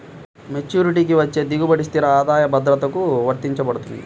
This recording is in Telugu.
మెచ్యూరిటీకి వచ్చే దిగుబడి స్థిర ఆదాయ భద్రతకు వర్తించబడుతుంది